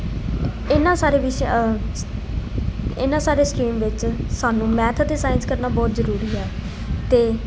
ਇਹਨਾਂ ਸਾਰੇ ਵਿਸ਼ੇ ਇਹਨਾਂ ਸਾਰੇ ਸਟਰੀਮ ਵਿੱਚ ਸਾਨੂੰ ਮੈਥ ਅਤੇ ਸਾਇੰਸ ਕਰਨਾ ਬਹੁਤ ਜ਼ਰੂਰੀ ਹੈ ਅਤੇ